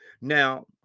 Now